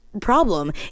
problem